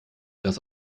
das